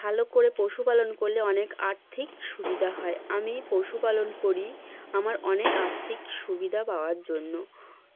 ভালো করে পশুপালন করলে অনেক আর্থিক সুবিধা হয় আমি পশুপালন করি আমার অনেক আর্থিক সুবিধা পাওয়ার জন্য